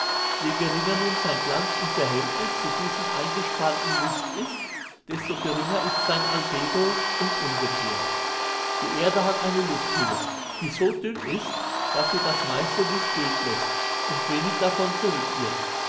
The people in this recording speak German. je geringer nun sein glanz im verhältnis zu diesem eingestrahlten licht ist desto geringer ist sein albedo und umgekehrt die erde hat eine lufthülle die so dünn ist daß sie das meiste licht durchläßt und wenig davon zurückwirft